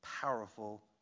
powerful